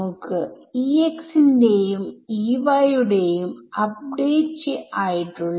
സൊല്യൂഷൻഒരു wave ആയിരിക്കും